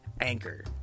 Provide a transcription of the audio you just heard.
Anchor